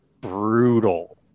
brutal